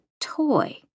toy